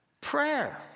Prayer